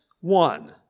one